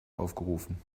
aufgerufen